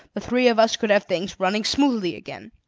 the three of us could have things running smoothly again.